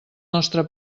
nostre